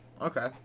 Okay